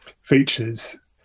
features